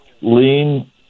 lean